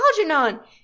Algernon